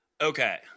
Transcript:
Okay